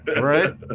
right